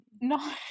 no